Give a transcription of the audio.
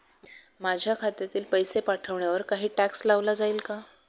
माझ्या खात्यातील पैसे पाठवण्यावर काही टॅक्स लावला जाईल का?